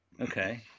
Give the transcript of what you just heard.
Okay